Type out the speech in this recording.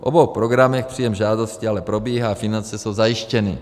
V obou programech příjem žádostí ale probíhá a finance jsou zajištěny.